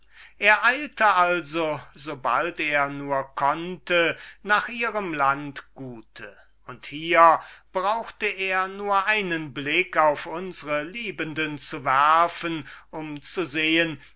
er eilte also so bald er nur konnte nach ihrem landgute und hier brauchte er nur einen blick auf unsre liebende zu werfen um zu sehen